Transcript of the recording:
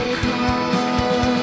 call